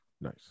Nice